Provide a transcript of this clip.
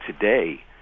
today